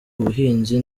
ubuhinzi